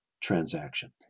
transaction